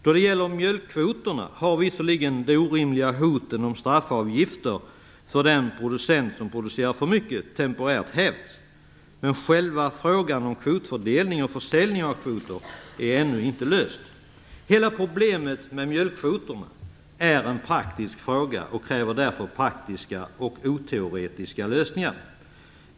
Då det gäller mjölkkvoterna har visserligen de orimliga hoten om straffavgifter för den producent som producerar för mycket temporärt hävts, men själva frågan om kvotfördelning och försäljning av kvoter är ännu inte löst. Hela problemet med mjölkkvoter är en praktisk fråga och kräver därför praktiska och oteoretiska lösningar.